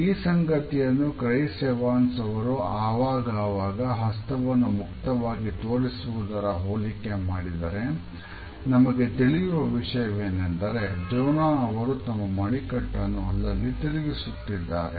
ಈ ಸಂಗತಿಯನ್ನು Chris Evans ಅವರು ಆವಾಗಾವಾಗ ಹಸ್ತವನ್ನು ಮುಕ್ತವಾಗಿ ತೋರಿಸುವುದರ ಹೋಲಿಕೆ ಮಾಡಿದರೆ ನಮಗೆ ತಿಳಿಯುವ ವಿಷಯವೇನೆಂದರೆ ಜೋನಾ ಅವರು ತಮ್ಮ ಮಣಿಕಟ್ಟನ್ನು ಅಲ್ಲಲ್ಲಿ ತಿರುಗಿಸುತ್ತಿದ್ದಾರೆ